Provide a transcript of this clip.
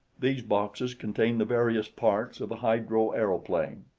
these boxes contain the various parts of a hydro-aeroplane.